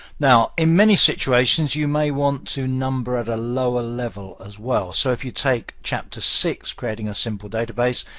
now in many situations, you may want to number at a lower level as well. so if you take chapter six, creating a simple database,